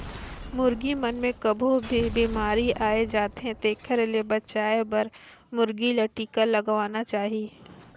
मुरगी मन मे कभों भी बेमारी आय जाथे तेखर ले बचाये बर मुरगी ल टिका लगवाना चाही